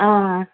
आं